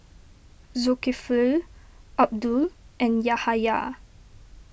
Zulkifli Abdul and Yahaya